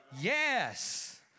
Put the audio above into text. Yes